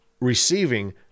receiving